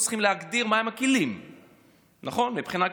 צריכים להגדיר מהם הכלים מבחינה כלכלית,